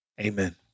Amen